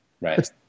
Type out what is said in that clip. Right